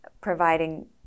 providing